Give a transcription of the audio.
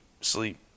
sleep